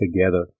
together